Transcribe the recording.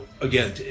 again